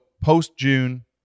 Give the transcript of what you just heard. post-June